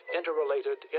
interrelated